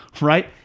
right